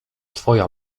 twoja